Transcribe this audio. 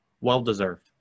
Well-deserved